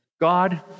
God